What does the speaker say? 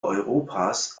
europas